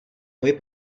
moji